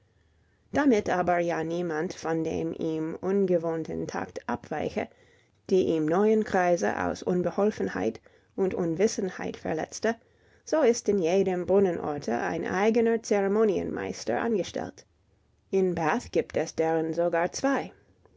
damit aber ja niemand von dem ihm ungewohnten takt abweiche die ihm neuen kreise aus unbeholfenheit und unwissenheit verletze so ist in jedem brunnenorte ein eigener zeremonienmeister angestellt in bath gibt es deren sogar zwei